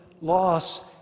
loss